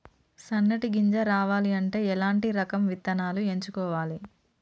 సన్నటి గింజ రావాలి అంటే ఎలాంటి రకం విత్తనాలు ఎంచుకోవాలి?